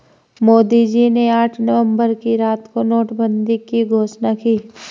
मोदी जी ने आठ नवंबर की रात को नोटबंदी की घोषणा की